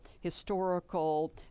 historical